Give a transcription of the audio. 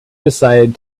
decided